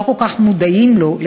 שלא כל כך מודעים לו,